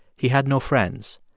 he had no friends.